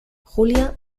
julia